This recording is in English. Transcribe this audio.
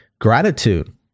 Gratitude